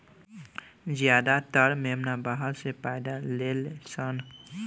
ज्यादातर मेमना बाहर पैदा लेलसन